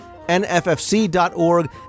NFFC.org